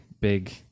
big